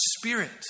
Spirit